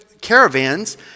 caravans